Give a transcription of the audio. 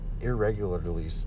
irregularly